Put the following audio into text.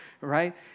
right